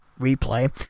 replay